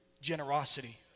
generosity